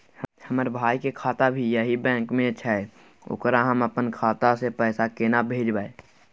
हमर भाई के खाता भी यही बैंक में छै ओकरा हम अपन खाता से पैसा केना भेजबै?